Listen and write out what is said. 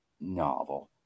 novel